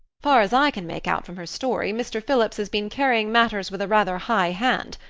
far as i can make out from her story, mr. phillips has been carrying matters with a rather high hand.